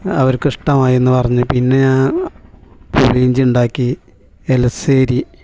അവർക്ക് ഇഷ്ടമായി എന്ന് പറഞ്ഞു പിന്നെ ഞാൻ പുളിയിഞ്ചി ഉണ്ടാക്കി എലിശ്ശേരി